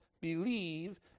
believe